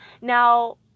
Now